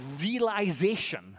realization